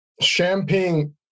Champagne